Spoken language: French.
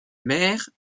mère